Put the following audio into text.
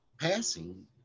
passing